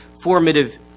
formative